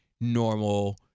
normal